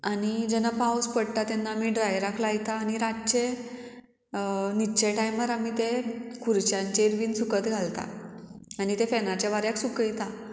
आनी जेन्ना पावस पडटा तेन्ना आमी ड्रायराक लायता आनी रातचे न्हिदचे टायमार आमी ते खुर्च्यांचेर बीन सुकत घालता आनी ते फेनाच्या वाऱ्याक सुकयता